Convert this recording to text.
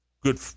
good